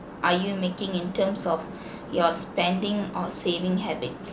are you making in terms of your spending or saving habits